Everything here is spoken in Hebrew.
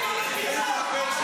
קריאה ראשונה, חבר הכנסת